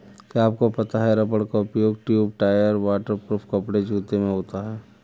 क्या आपको पता है रबर का उपयोग ट्यूब, टायर, वाटर प्रूफ कपड़े, जूते में होता है?